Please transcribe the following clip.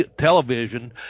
television